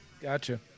Gotcha